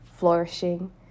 flourishing